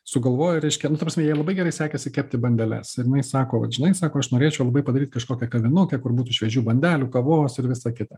sugalvojo reiškia nu ta prasme jai labai gerai sekėsi kepti bandeles ir jinai sako vat žinai sako aš norėčiau labai padaryt kažkokią kavinukę kur būtų šviežių bandelių kavos ir visa kita